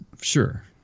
sure